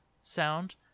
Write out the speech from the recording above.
sound